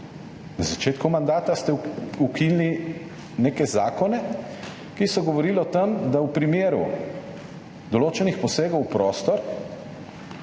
na začetku mandata ste ukinili neke zakone, ki so govorili o tem, da mora v primeru določenih posegov v prostor